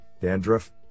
dandruff